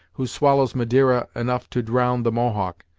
who swallows madeira enough to drown the mohawk,